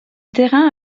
terrain